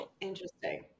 Interesting